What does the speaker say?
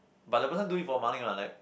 but the person do it for money what like